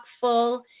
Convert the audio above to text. full